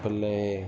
play